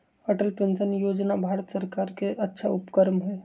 Atal pension योजना भारत सर्कार के अच्छा उपक्रम हई